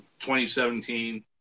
2017